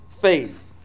faith